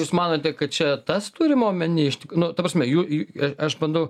jūs manote kad čia tas turima omeny tik nu ta prasme jų jų aš bandau